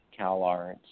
CalArts